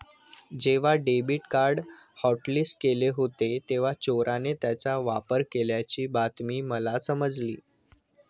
जेव्हा debit card hotlist केले होते तेव्हा चोराने त्याचा वापर केल्याची बातमी मला समजली